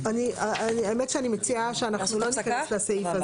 --- האמת שאני מציעה שאנחנו לא ניכנס לסעיף הזה.